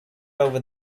over